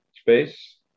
space